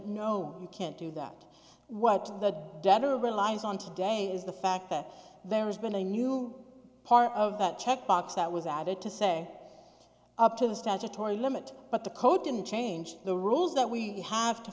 no you can't do that what the data relies on today is the fact that there has been a new part of that check box that was added to say up to the statutory limit but the code didn't change the rules that we have to